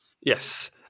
Yes